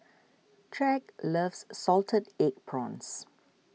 Tyrek loves Salted Egg Prawns